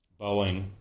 Boeing